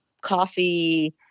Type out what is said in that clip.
coffee